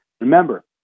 Remember